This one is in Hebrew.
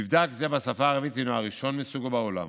מבדק זה בשפה הערבית הוא הראשון מסוגו בעולם.